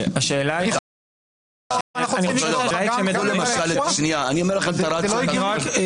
זה לא הגיוני.